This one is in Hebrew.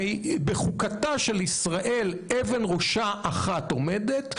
כי בחוקתה של ישראל אבן ראשה אחת עומדת: